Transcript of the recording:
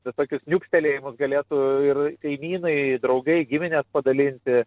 visokius niukstelėjimus galėtų ir kaimynai draugai giminės padalinti